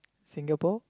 Singapore